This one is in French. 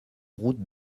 route